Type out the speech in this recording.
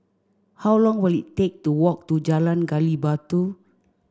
how long will it take to walk to Jalan Gali Batu